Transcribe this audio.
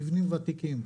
מבנים ותיקים.